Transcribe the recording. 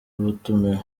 batumiwe